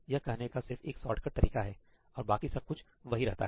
यह कहने का सिर्फ एक शॉर्टकट तरीका हैऔर बाकी सब कुछ वही रहता है